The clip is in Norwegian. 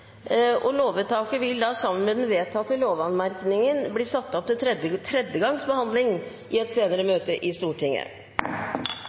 bifalt. Lovvedtaket – sammen med den vedtatte lovanmerkning – vil bli ført opp til tredje gangs behandling i et senere